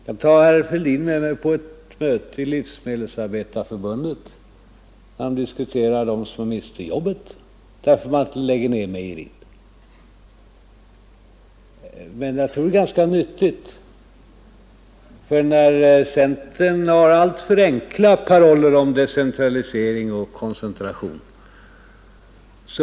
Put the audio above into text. Jag kan också ta herr Fälldin med mig på ett möte i Livsmedelsarbetareförbundet, där de diskuterar hur det skall gå för dem som mister jobbet därför att mejeriet läggs ner. Jag tror att det kunde vara ganska nyttigt, för centern har alltför enkla paroller om decentralisering och koncentration.